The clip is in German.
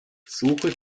suche